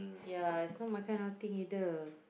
ya it's not my kind of thing either